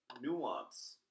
nuance